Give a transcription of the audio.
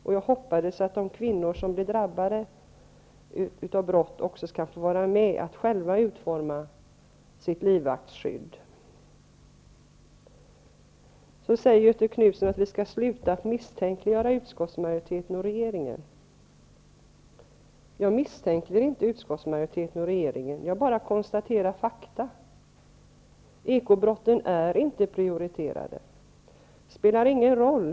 Vidare hoppas jag att de kvinnor som drabbas av brott själva får vara med vid utformningen av sitt livvaktsskydd. Göthe Knutson säger att vi skall sluta misstänkliggöra utskottsmajoriteten och regeringen. Jag misstänker inte vare sig utskottsmajoriteten eller regeringen, utan jag konstaterar bara att ekobrotten inte är prioriterade.